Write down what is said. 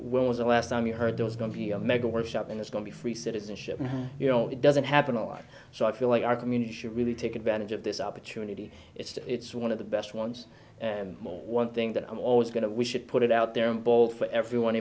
when was the last time you heard there was going to be a mega workshop and it's going to be free citizenship and you know it doesn't happen a lot so i feel like our community should really take advantage of this opportunity it's one of the best ones and one thing that i'm always going to we should put it out there and bowl for everyone